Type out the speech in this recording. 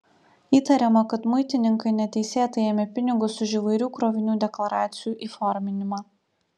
įtariama kad muitininkai neteisėtai ėmė pinigus už įvairių krovinių deklaracijų įforminimą